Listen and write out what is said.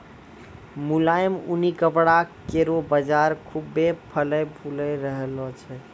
मुलायम ऊनी कपड़ा केरो बाजार खुभ्भे फलय फूली रहलो छै